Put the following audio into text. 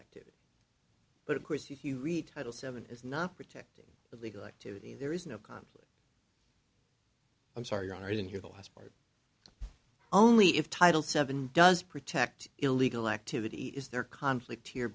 activity but of course if you retitle seven is not protecting illegal activity there is no conflict i'm sorry i didn't hear the last part only if title seven does protect illegal activity is there conflict here